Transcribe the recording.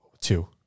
two